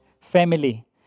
Family